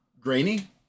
Grainy